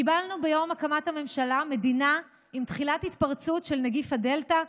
קיבלנו ביום הקמת הממשלה מדינה עם תחילת התפרצות של נגיף הדלתא,